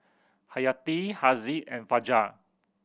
Hayati Haziq and Fajar